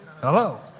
Hello